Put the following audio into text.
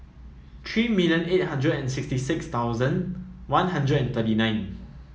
three million eight hundred and sixty six thousand One Hundred and thirty nine